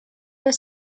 was